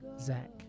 Zach